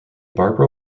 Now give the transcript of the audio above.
barbara